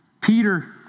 Peter